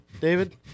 david